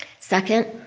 second,